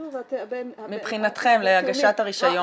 שוב- - מבחינתכם, להגשת הרישיון.